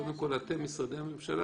בכל פעם שהם מקבלים מקבל שירות חדש הם